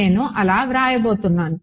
నేను అలా రాయబోతున్నాను